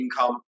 income